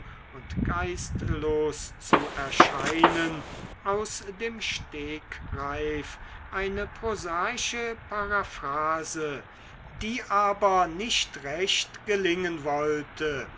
und geistlos zu erscheinen aus dem stegreif eine prosaische paraphrase die aber nicht recht gelingen wollte